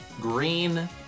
green